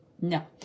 No